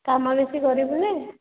କାମ ବେଶୀ କରିବୁନି